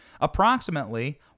Approximately